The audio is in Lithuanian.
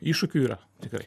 iššūkių yra tikrai